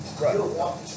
Right